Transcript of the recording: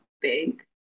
big